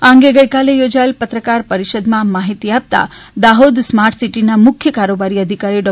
આ અંગે ગઇકાલે યોજાયેલી પત્રકાર પરિષદમાં માહિતી આપતા દાહોદ સ્માર્ટ સિટીના મુખ્ય કારોબારી અધિકારી ડો